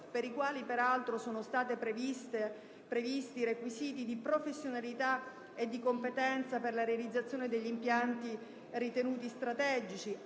per i quali sono stati previsti requisiti di professionalità e di competenza per la realizzazione degli impianti ritenuti strategici.